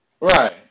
Right